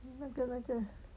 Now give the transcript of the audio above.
那个那个